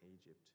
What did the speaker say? Egypt